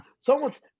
Someone's